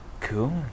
Cool